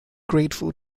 grateful